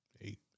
eight